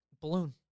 Balloon